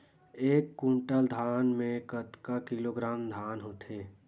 एक कुंटल धान में कतका किलोग्राम धान होथे?